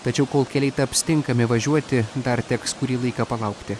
tačiau kol keliai taps tinkami važiuoti dar teks kurį laiką palaukti